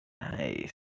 nice